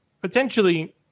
potentially